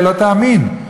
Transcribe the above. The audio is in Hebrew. לא תאמין,